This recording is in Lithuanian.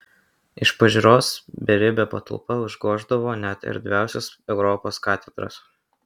iš pažiūros beribė patalpa užgoždavo net erdviausias europos katedras